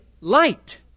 light